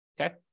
okay